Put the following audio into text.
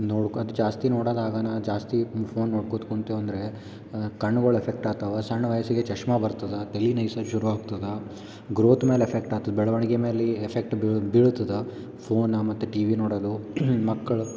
ನೋಡ್ಕೊತ ಜಾಸ್ತಿ ನೋಡೋದ್ ಆಗನ ಜಾಸ್ತಿ ಫೋನ್ ನೋಡ್ಕೋತ ಕೂತ್ವಿ ಅಂದರೆ ಕಣ್ಗಳು ಎಫೆಕ್ಟ್ ಆಗ್ತವ ಸಣ್ಣ ವಯಸ್ಸಿಗೆ ಚಷ್ಮಾ ಬರ್ತದೆ ತಲಿ ನೊಯ್ಸಕ್ಕೆ ಶುರು ಆಗ್ತದೆ ಗ್ರೋತ್ ಮೇಲೆ ಎಫೆಕ್ಟ್ ಆಗ್ತದೆ ಬೆಳವಣಿಗೆ ಮೇಲೆ ಎಫೆಕ್ಟ್ ಬಿಳೋದ್ ಬೀಳುತದೆ ಫೋನ ಮತ್ತು ಟಿವಿ ನೋಡೋದು ಮಕ್ಕಳು